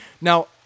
Now